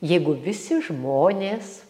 jeigu visi žmonės